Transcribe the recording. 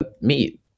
meet